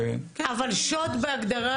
אבל שוד בהגדרה